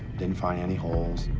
didn't find any holes.